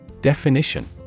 Definition